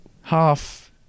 half